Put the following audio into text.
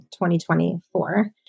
2024